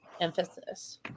emphasis